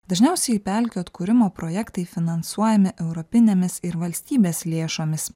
dažniausiai pelkių atkūrimo projektai finansuojami europinėmis ir valstybės lėšomis